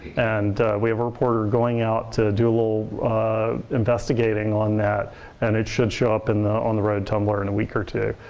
and we have a reporter going out to do a little investigating on that and it should show up in the on the road tumblr in a week or two.